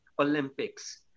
Olympics